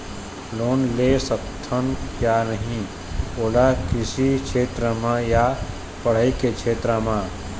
Loan ले सकथे या नहीं ओला कृषि क्षेत्र मा या पढ़ई के क्षेत्र मा?